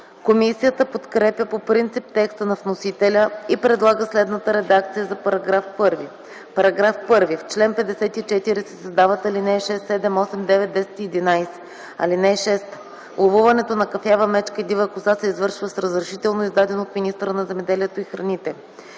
Комисията подкрепя по принцип текста на вносителя и предлага следната редакция на § 1: „§ 1. В чл. 54 се създават алинеи 6, 7, 8, 9, 10 и 11: „(6) Ловуването на кафява мечка и дива коза се извършва с разрешително, извадено от министъра на земеделието и храните.